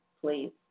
please